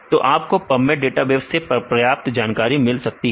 तो आपको pubmed database से पर्याप्त जानकारी मिल सकती है